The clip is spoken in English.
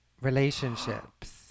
relationships